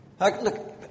Look